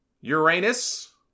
Uranus